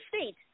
state